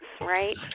right